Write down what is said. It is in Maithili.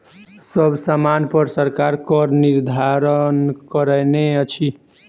सब सामानपर सरकार करक निर्धारण कयने अछि